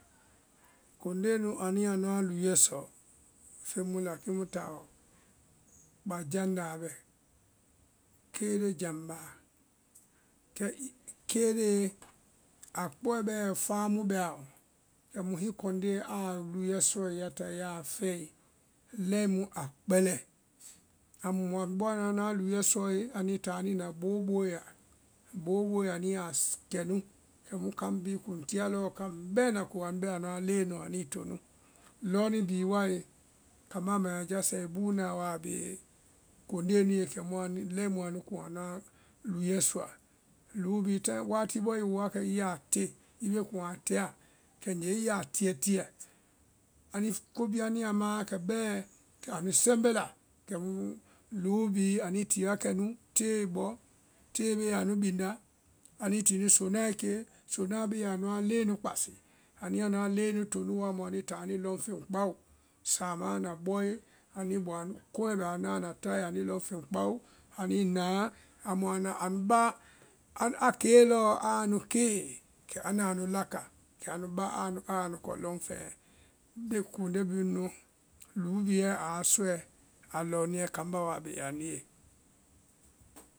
kondee nu yaa nuã luuɛ sɔ feŋ mu la kiimu taɔ kpá jandáa bɛ, keele jambáa, keele a kpɔɛ bɛɛ fáa mu bɛ a lɔ, kemu hiŋí kondee aa luuɛ sɔ ya tae ya a fɛe lɛi mu áa kpɛlɛ, amu mɔ< > ánda anuã luuɛ sɔe anuĩ ta anuĩ na kpoboe la kpoboe yaa su kɛnu kɛmu kaŋ bhíí kuŋ tia lɔɔ kaŋ bɛna kó anu bɛ anuã leŋɛ nu anui̍ to nu. lɔne bhíí wae kambá aa manjá jaa sɛe buunaã waa bee kondee nu ye kɛmu anu lɛi mu anu kuŋ anuã luuɛ sɔá, lu bhíí tai wati bɔɔ i wooa kɛ i yaa te kɛ i bee kuŋ a tea kɛgee i yaa tɨɛ tiɛ, anuí ko bhíí anuĩ a maã wakɛ bɛɛ kɛ anu sɛmbɛ la, kɛmu luu bhíí anuĩ te wa kɛ nu tee i bɔ tee bee anu bindáa, anuĩ ti nu sonái kee sonáa bee anuã leŋɛ nu kpasi. anu a nuã leŋɛ nu to nu wa anuĩ anuĩ lɔŋ feŋ kpao, sáamã anda bɔe anuĩ bɔ anuã kɔɛ bɛ nu la anda tae anuĩ lɔ feŋ kpao anuĩ naa amu anda anu baa anu aa kee lɔɔ aanu kee kɛ anu laká kɛ nu baa anu anu kɔ lɔŋ feŋɛ, konde bhíí nu nu luu bhíí wae a sɔɛ kambá wa a bee anu ye